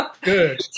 Good